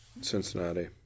Cincinnati